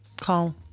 Call